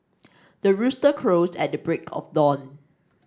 the rooster crows at the break of dawn